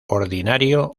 ordinario